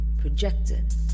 projected